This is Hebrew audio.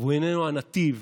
ואיננו הנתיב